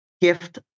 gift